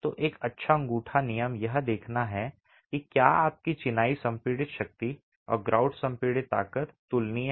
तो एक अच्छा अंगूठा नियम यह देखना है कि क्या आपकी चिनाई संपीड़ित शक्ति और ग्राउट संपीड़ित ताकत तुलनीय है